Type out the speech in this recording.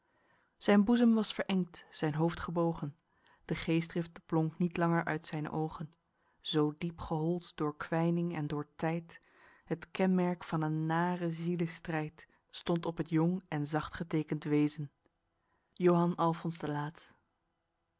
zyn boezem was verengd zyn hoofd gebogen de geestdrift blonk niet langer uit zyne oogen zoo diep gehold door kwyning en door tyd het kenmerk van een naren zielenstryd stond op het jong en zachtgeteekend wezen joh alf de laet